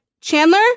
Chandler